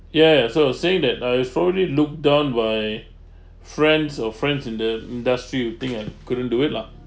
ya ya so saying that I probably looked down by friends or friends in the industry think I couldn't do it lah